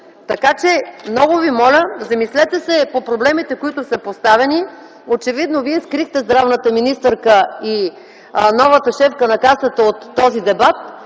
Много ви моля, замислете се по проблемите, които са поставени. Очевидно вие скрихте здравния министър и новата шефка на Касата от този дебат,